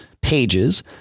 pages